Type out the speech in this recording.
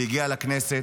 היא הגיעה לכנסת,